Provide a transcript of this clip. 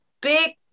big